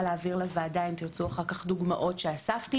להעביר לוועדה אם תרצו אחר כך דוגמאות שאספתי